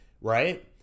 right